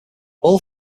all